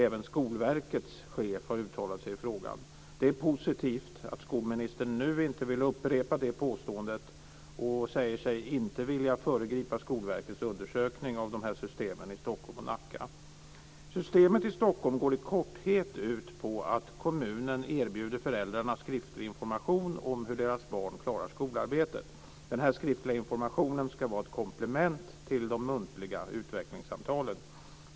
Även Skolverkets chef har uttalat sig i frågan. Det är positivt att skolministern nu inte vill upprepa det påståendet och att hon säger sig inte vilja föregripa Skolverkets undersökning av dessa system i Stockholm och Systemet i Stockholm går i korthet ut på att kommunen erbjuder föräldrarna skriftlig information om hur deras barn klarar skolarbetet. Denna skiftliga information ska vara ett komplement till de muntliga utvecklingssamtalen.